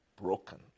broken